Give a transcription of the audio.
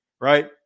right